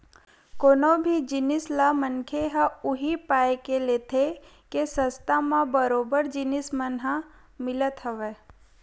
कोनो भी जिनिस ल मनखे ह उही पाय के लेथे के सस्ता म बरोबर जिनिस मन ह मिलत हवय